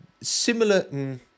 Similar